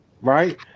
right